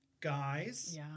guys